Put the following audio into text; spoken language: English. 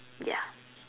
yeah